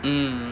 mm